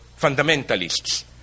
fundamentalists